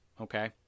okay